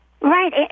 Right